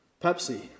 Pepsi